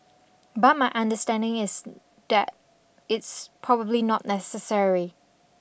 but my understanding is that it's probably not necessary